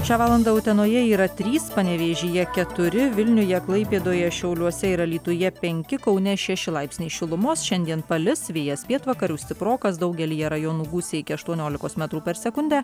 šią valandą utenoje yra trys panevėžyje keturi vilniuje klaipėdoje šiauliuose ir alytuje penki kaune šeši laipsniai šilumos šiandien palis vėjas pietvakarių stiprokas daugelyje rajonų gūsiai iki aštuoniolikos metrų per sekundę